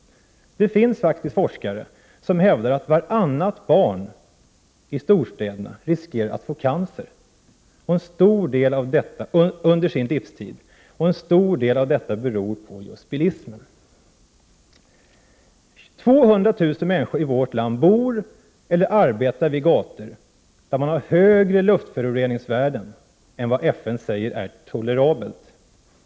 Det finns faktiskt forskare som hävdar att vartannat barn i storstäderna riskerar att någon gång under sitt liv få cancer. Till stor del beror detta just på bilismen. 200 000 människor i vårt land bor eller arbetar vid gator där luftföroreningsvärdena är högre än vad FN säger är tolerabelt.